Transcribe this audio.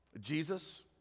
Jesus